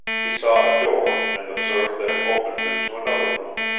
he saw a door, and observed that it opened into another room,